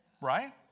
right